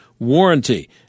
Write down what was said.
warranty